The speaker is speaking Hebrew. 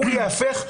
הוא ייהפך,